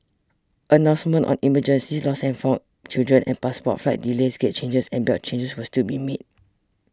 announcements on emergencies lost and found children and passports flight delays gate changes and belt changes will still be made